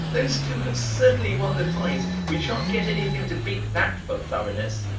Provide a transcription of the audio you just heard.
those two have certainly won the prize we shan't get anything to beat that for thoroughness.